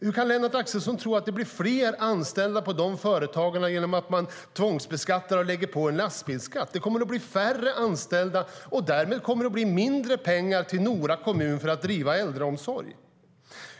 Hur kan Lennart Axelsson tro att det blir fler anställda på de företagen genom att man tvångsbeskattar och lägger på en lastbilsskatt? Det kommer att bli färre anställda. Därmed kommer det att bli mindre pengar till Nora kommun för att driva äldreomsorg.